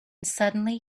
suddenly